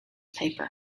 paper